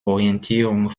orientierung